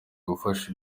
gufasha